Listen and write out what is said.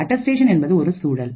attestation என்பது ஒரு சூழல்